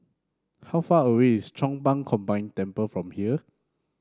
how far away is Chong Pang Combine Temple from here